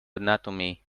anatomy